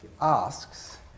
asks